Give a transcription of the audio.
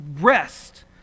rest